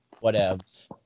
Whatevs